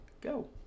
Go